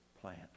plant